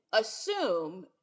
assume